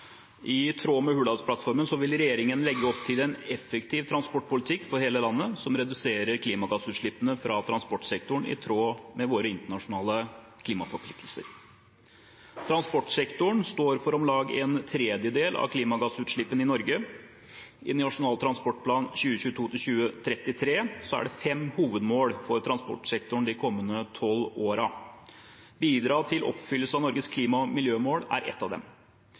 I tråd med Hurdalsplattformen vil regjeringen legge opp til en effektiv transportpolitikk for hele landet, som reduserer klimagassutslippene fra transportsektoren i tråd med våre internasjonale klimaforpliktelser. Transportsektoren står for om lag en tredjedel av klimagassutslippene i Norge. I Nasjonal transportplan 2022–2033 er det fem hovedmål for transportsektoren de kommende tolv årene. Å bidra til oppfyllelse av Norges klima- og miljømål er ett av dem.